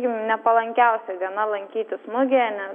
nepalankiausia diena lankytis mugėje